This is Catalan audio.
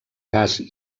gas